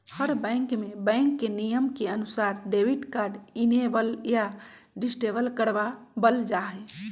हर bank में bank के नियम के अनुसार डेबिट कार्ड इनेबल या डिसेबल करवा वल जाहई